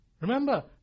Remember